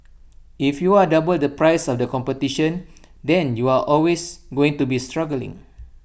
if you are double the price of the competition then you are always going to be struggling